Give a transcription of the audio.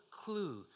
clue